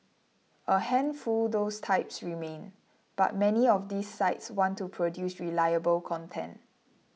a handful those types remain but many of these sites want to produce reliable content